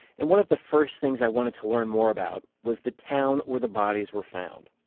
and one of the first things i wanted to learn more about was the town where the bodies were found.